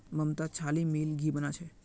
ममता छाली मिलइ घी बना छ